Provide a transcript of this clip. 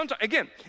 again